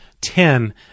ten